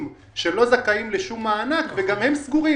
שלא זכאים לשום מענק וגם הם סגורים.